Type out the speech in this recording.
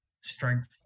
strength